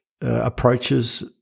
approaches –